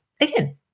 again